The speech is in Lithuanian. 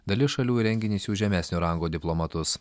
dalis šalių į renginį siųs žemesnio rango diplomatus